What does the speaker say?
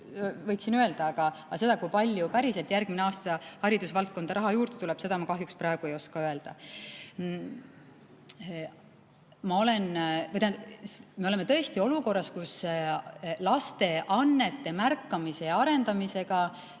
võiksin öelda, aga seda, kui palju päriselt järgmine aasta haridusvaldkonda raha juurde tuleb, ma kahjuks praegu ei oska öelda. Me oleme tõesti olukorras, kus laste annete märkamise ja arendamisega